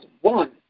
one